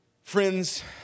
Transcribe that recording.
Friends